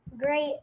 Great